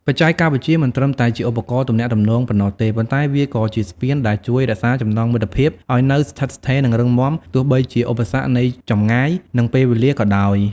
បច្ចេកវិទ្យាមិនត្រឹមតែជាឧបករណ៍ទំនាក់ទំនងប៉ុណ្ណោះទេ ប៉ុន្តែវាក៏ជាស្ពានដែលជួយរក្សាចំណងមិត្តភាពឲ្យនៅស្ថិតស្ថេរ និងរឹងមាំ ទោះបីជាមានឧបសគ្គនៃចម្ងាយ និងពេលវេលាក៏ដោយ ។